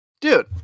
dude